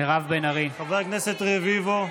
חבר הכנסת רביבו.